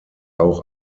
auch